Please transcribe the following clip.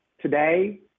Today